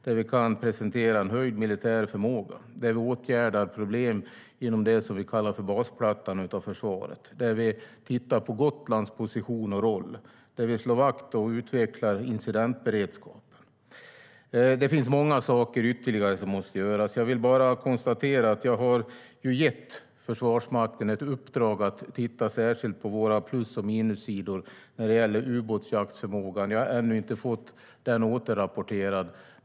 Där ska vi presentera en höjd militär förmåga, åtgärda problem genom det som vi kallar för basplattan av försvaret, titta på Gotlands position och roll och slå vakt om och utveckla incidentberedskapen. Det finns många ytterligare saker som måste göras. Låt mig bara konstatera att jag gett Försvarsmakten ett uppdrag att särskilt titta på våra plus och minussidor vad gäller ubåtsjaktförmågan. Jag har ännu inte fått den återrapporterad.